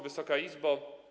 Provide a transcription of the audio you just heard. Wysoka Izbo!